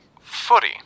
Footy